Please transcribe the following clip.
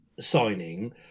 signing